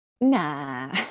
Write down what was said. nah